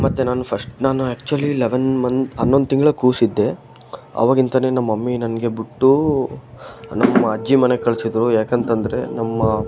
ಮತ್ತು ನಾನು ಫಸ್ಟ್ ನಾನು ಆ್ಯಕ್ಚುಲಿ ಲೆವೆನ್ ಮಂತ್ ಹನ್ನೊಂದು ತಿಂಗ್ಳ ಕೂಸಿದ್ದೆ ಅವಾಗಿಂತನೇ ನಮ್ಮ ಮಮ್ಮಿ ನನಗೆ ಬಿಟ್ಟು ನಮ್ಮ ಅಜ್ಜಿ ಮನೆಗೆ ಕಳ್ಸಿದ್ದರು ಯಾಕಂತಂದರೆ ನಮ್ಮ